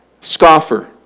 scoffer